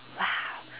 !wow!